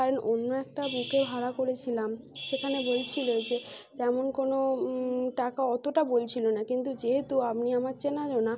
কারণ অন্য একটা বুকে ভাড়া করেছিলাম সেখানে বলছিল যে তেমন কোনো টাকা অতটা বলছিল না কিন্তু যেহেতু আপনি আমার চেনা জানা